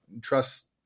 trust